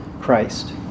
Christ